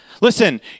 Listen